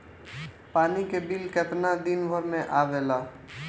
पानी के बिल केतना दिन पर आबे ला?